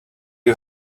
you